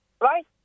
Right